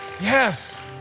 Yes